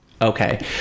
okay